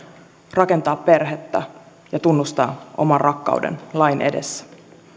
rakentaa perhettä ja tunnustaa oman rakkauden lain edessä